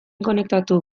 konektatu